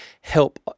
help